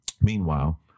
Meanwhile